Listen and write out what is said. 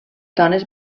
dones